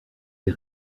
les